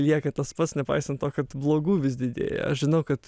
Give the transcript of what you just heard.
lieka tas pats nepaisant to kad blogų vis didėja aš žinau kad